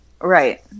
Right